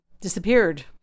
disappeared